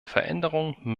veränderungen